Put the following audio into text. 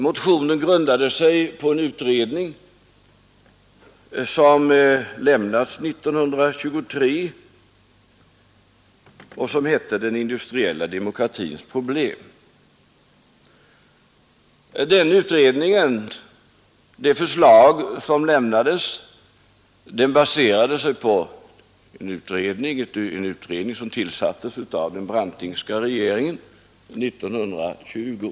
Motionen grundade sig på ett förslag från en utredning som lämnats 1923 och som hette Den industriella demokratins problem. Denna utredning hade tillsatts av den Brantingska regeringen 1920.